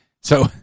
So-